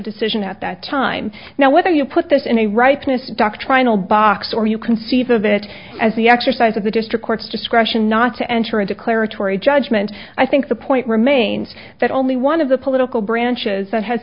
decision at that time now whether you put this in a rightness doctrinal box or you conceive of it as the exercise of the district court's discretion not to enter a declaratory judgment i think the point remains that only one of the political branches that has